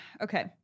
Okay